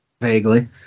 Vaguely